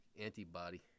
Antibody